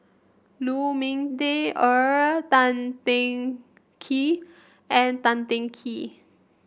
Lu Ming Teh Earl Tan Teng Kee and Tan Teng Kee